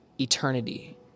eternity